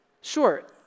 sure